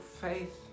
faith